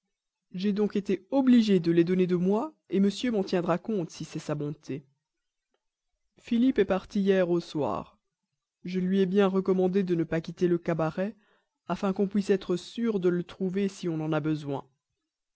j'ai donc été obligé de les donner de moi monsieur m'en tiendra compte si c'est sa bonté philippe est parti hier au soir je lui ai bien recommandé de ne pas quitter le cabaret afin qu'on puisse être sûr de le trouver si on en a besoin